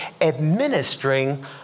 administering